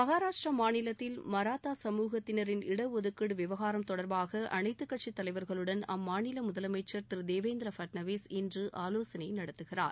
மகாராஷ்டிரா மாநிலத்தில் மராத்தா சமூகத்தினரின் இடஒதுக்கீடு விவகாரம் தொடர்பாக அனைத்து கட்சி தலைவர்களுடன் அம்மாநில முதலமைச்சர் திரு தேவேந்திர பட்நாவிஸ் இன்று ஆலோசனை நடத்துகிறார்